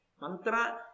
mantra